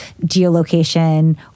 geolocation